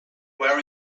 where